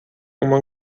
uma